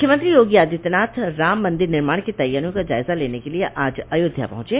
मुख्यमंत्री योगी आदित्यनाथ राम मंदिर निर्माण की तैयारियों का जायजा लेने के लिये आज आयोध्या पहुंचे